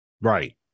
Right